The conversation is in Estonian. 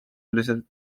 üldiselt